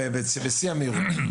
בשיא המהירות.